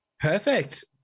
Perfect